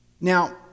Now